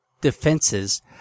defenses